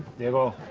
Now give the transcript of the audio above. diego,